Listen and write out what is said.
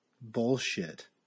bullshit